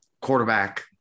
quarterback